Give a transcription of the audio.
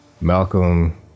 Malcolm